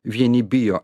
vieni bijo